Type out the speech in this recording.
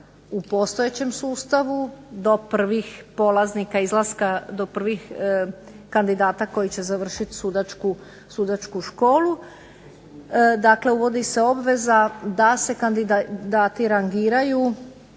u postojećem sustavu do prvih polaznika izlaska, do prvih kandidata koji će završit sudačku školu, dakle uvodi se obveza da ti rangiraju